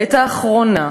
בעת האחרונה,